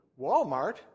Walmart